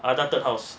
third house